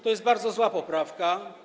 To jest bardzo zła poprawka.